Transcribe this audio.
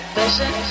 vision